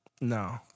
No